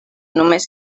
només